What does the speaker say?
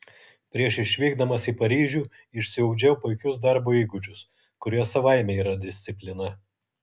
prieš išvykdamas į paryžių išsiugdžiau puikius darbo įgūdžius kurie savaime yra disciplina